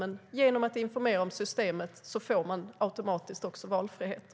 Men genom att informera om systemet blir det också automatiskt valfrihet.